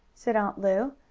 said aunt lu.